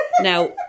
now